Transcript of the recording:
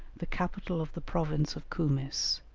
the capital of the province of kumis,